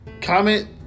comment